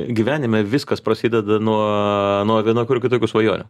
gyvenime viskas prasideda nuo nuo vienokių ar kitokių svajonių